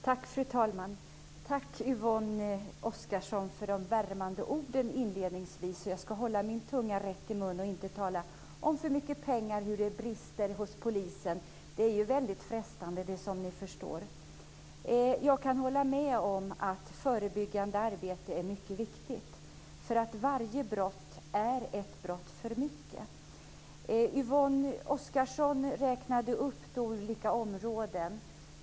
Fru talman! Tack Yvonne Oscarsson för de värmande orden inledningsvis. Jag ska hålla min tunga rätt i mun och inte tala för mycket om pengar, om hur det brister hos polisen. Det är ju väldigt frestande, som ni förstår. Jag kan hålla med om att förebyggande arbete är mycket viktigt, därför att varje brott är ett brott för mycket. Yvonne Oscarsson räknade upp olika områden.